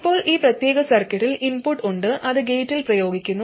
ഇപ്പോൾ ഈ പ്രത്യേക സർക്യൂട്ടിൽ ഇൻപുട്ട് ഉണ്ട് അത് ഗേറ്റിൽ പ്രയോഗിക്കുന്നു